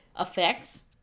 effects